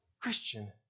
Christian